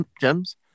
gems